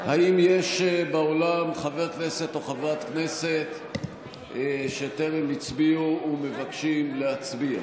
האם יש באולם חבר כנסת או חברת כנסת שטרם הצביעו ומבקשים להצביע?